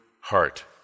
heart